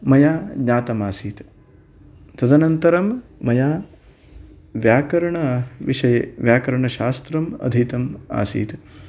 मया ज्ञातम् आसीत् तदनन्तरं मया व्याकरणविषये व्याकरणशास्त्रम् अधीतम् आसीत्